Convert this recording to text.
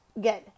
good